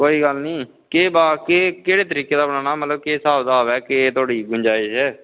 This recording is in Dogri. आं कोई नी केह्ड़े तरीके दा बनाना मतलब केह् स्हाब कताब ऐ मतलब केह् थुआढ़ी गुंजाईश ऐ